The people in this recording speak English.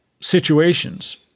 Situations